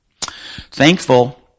Thankful